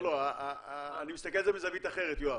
לא, אני מסתכל על זה מזווית אחרת, יואב.